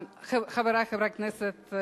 חברי חברי הכנסת,